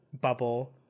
bubble